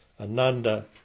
Ananda